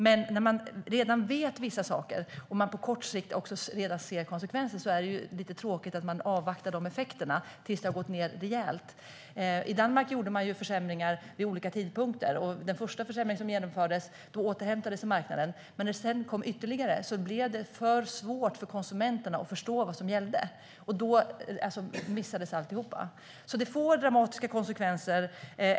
Men när man redan vet vissa saker och ser konsekvenserna av dem på kort sikt är det lite tråkigt att man avvaktar effekterna tills det har gått ned rejält. I Danmark gjorde man försämringar vid olika tidpunkter. Efter den första försämringen återhämtade sig marknaden, men när det senare kom ytterligare försämringar blev det för svårt för konsumenterna att förstå vad som gällde. Då missades alltihop.